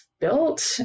built